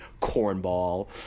Cornball